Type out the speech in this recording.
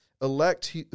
Elect